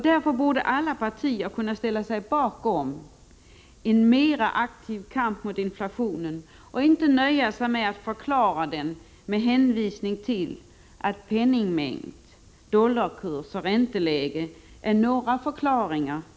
Därför borde alla partier kunna ställa sig bakom en mer aktiv kamp mot inflationen i stället för att nöja sig med att förklara den med hänvisning till förändringar i penningmängd, ränteläge och dollarkurs.